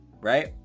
right